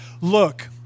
Look